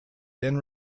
been